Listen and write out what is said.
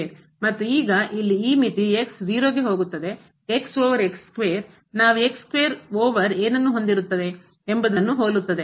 ಮತ್ತು ಈಗ ಇಲ್ಲಿ ಈ ಮಿತಿ 0ಗೆ ಹೋಗುತ್ತದೆ over ನಾವು over ಏನನ್ನು ಹೊಂದಿರುತ್ತವೆ ಎಂಬುದನ್ನು ಹೋಲುತ್ತದೆ